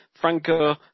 Franco